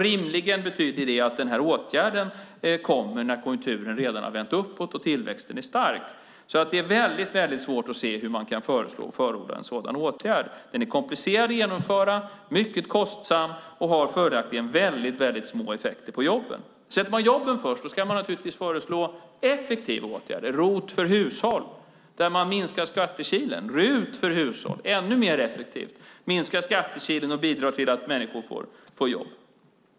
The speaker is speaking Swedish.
Rimligen betyder det att åtgärden kommer när konjunkturen har vänt uppåt och tillväxten är stark. Det är väldigt svårt se hur man kan förorda en sådan åtgärd. Den är komplicerad att genomföra, är mycket kostsam och har väldigt små effekter på jobben. Sätter man jobben först ska man föreslå effektiva åtgärder som ROT för hushåll som minskar skattekilen. RUT för hushåll är ännu mer effektivt. Det minskar skattekilen och gör att människor får jobb.